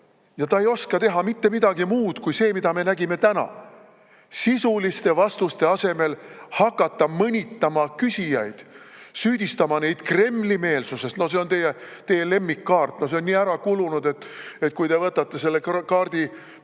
ja ta ei oska teha mitte midagi muud kui seda, mida me oleme näinud: sisuliste vastuste asemel hakatakse mõnitama küsijaid, süüdistama neid Kremli-meelsuses. No see on teie lemmikkaart, mis on nii ära kulunud, et kui te võtate selle kaardipeotäie